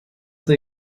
they